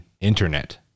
internet